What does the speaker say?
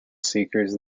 seekers